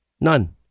None